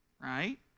Right